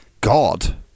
God